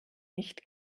nicht